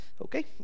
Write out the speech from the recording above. Okay